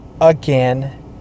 again